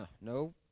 no